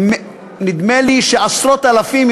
נדמה לי שעשרות אלפי אזרחים,